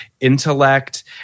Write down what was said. intellect